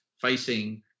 facing